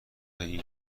این